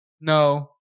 No